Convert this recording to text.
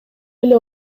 эле